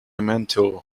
mentor